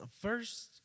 first